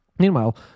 Meanwhile